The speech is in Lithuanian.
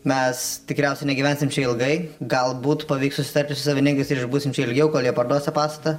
mes tikriausiai negyvensim čia ilgai galbūt pavyks susitarti su savininkais ir išbūsim čia ilgiau kol jie parduos tą pastatą